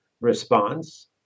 response